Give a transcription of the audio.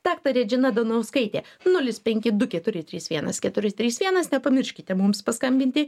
daktarė džina donauskaitė nulis penki du keturi trys vienas keturi trys vienas nepamirškite mums paskambinti